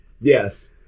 Yes